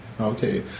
Okay